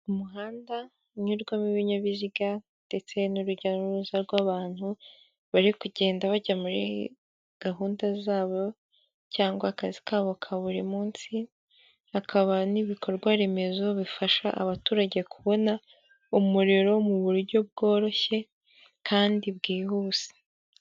Umuhanda unyurwamo ibinyabiziga ndetse n'urujya n'uruza rw'abantu, bari kugenda bajya muri gahunda zabo, cyangwa akazi kabo ka buri munsi, hakaba n'ibikorwa remezo bifasha abaturage kubona umuriro mu buryo bworoshye kandi bwihuse.